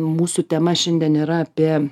mūsų tema šiandien yra apie